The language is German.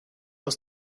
aus